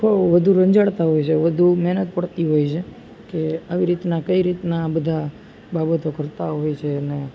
બહુ વધુ રંજાડતા છે વધુ મહેનત પડતી હોય છે કે આવી રીતના કઈ રીતના બધા બાબતો કરતાં હોય છે એને